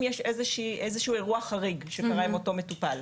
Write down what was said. יש איזה שהוא אירוע חריג שקרה עם אותו מטופל.